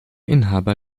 inhaber